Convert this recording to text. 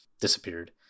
disappeared